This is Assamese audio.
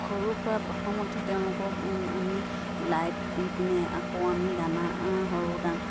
সৰুৰ পৰা প্ৰথমতে তেওঁলোকক আমি লাইট দি পিনে আকৌ আমি দানা সৰু দা